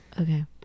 Okay